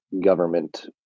government